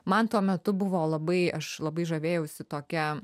man tuo metu buvo labai aš labai žavėjausi tokia